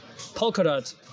Polkadot